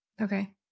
Okay